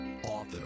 author